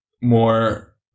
more